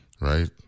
right